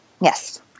Yes